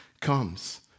comes